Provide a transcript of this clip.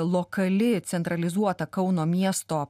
lokali centralizuota kauno miesto